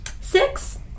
six